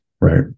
right